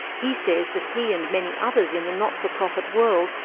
he says that he and many others in the not-for-profit world,